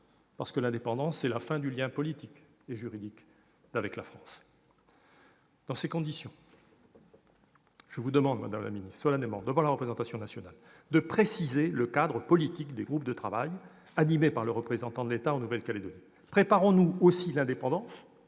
parce que l'indépendance serait la fin du lien politique et juridique avec la France. Dans ces conditions, madame la ministre, je vous demande solennellement, devant la représentation nationale, de préciser le cadre politique des groupes de travail animés par le représentant de l'État en Nouvelle-Calédonie. Préparons-nous aussi l'indépendance,